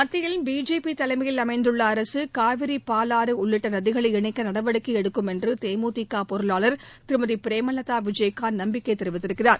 மத்தியில் பிஜேபி தலைமையில் அமைந்துள்ள அரசு காவிரி பாலாறு உள்ளிட்ட நதிகளை இணைக்க நடவடிக்கை எடுக்கும் என்று தேமுதிக பொருளாளர் திருமதி பிரேமலதா விஜயகாந்த் நம்பிக்கை தெரிவித்திருக்கிறார்